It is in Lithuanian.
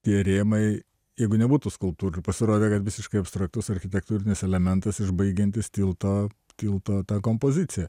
tie rėmai jeigu nebūtų skulptūrų pasirodė kad visiškai abstraktus architektūrinis elementas išbaigiantis tilto tilto tą kompoziciją